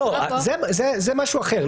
זה משהו אחר.